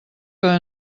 que